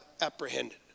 apprehended